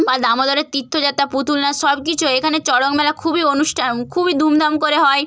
বা দামোদরের তীর্থযাত্রা পুতুল নাচ সব কিছু হয় এখানে চড়ক মেলা খুবই অনুষ্ঠান খুবই ধুমধাম করে হয়